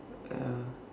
ya